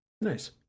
Nice